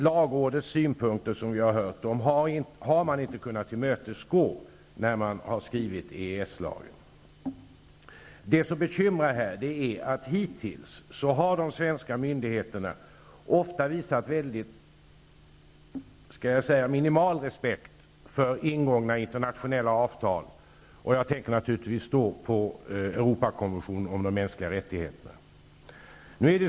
Man har, som vi har hört, inte kunnat tillmötesgå lagrådets synpunkter när man har skrivit EES lagen. Det som bekymrar är att de svenska myndigheterna hittills ofta har visat -- låt mig säga det -- minimal respekt för ingångna internationella avtal. Jag tänker naturligtvis då på Europakonventionen om de mänskliga rättigheterna.